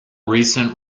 recent